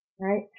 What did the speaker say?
right